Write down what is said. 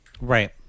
Right